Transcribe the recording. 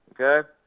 Okay